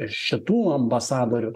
šitų ambasadorių